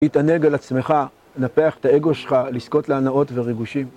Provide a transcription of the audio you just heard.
התענג על עצמך, נפח את האגו שלך לזכות להנאות ורגושים.